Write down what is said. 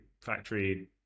factory